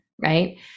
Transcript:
right